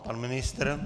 Pan ministr?